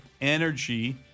energy